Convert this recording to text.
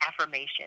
affirmation